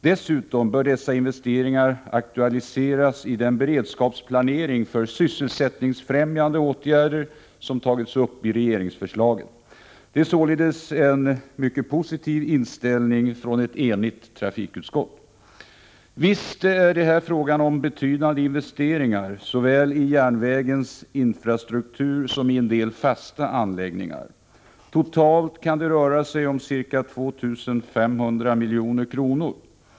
Dessutom bör dessa investeringar aktualiseras i den beredskapsplanering för sysselsättningsfrämjande åtgärder som tagits upp i regeringsförslaget. Det är således en mycket positiv inställning hos ett enigt trafikutskott. Visst är det här fråga om betydande investeringar såväl i järnvägens infrastruktur som i en del fasta anläggningar. Totalt kan det röra sig om ca 2 500 milj.kr.